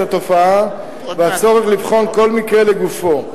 התופעה ואת הצורך לבחון כל מקרה לגופו.